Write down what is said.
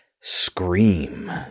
Scream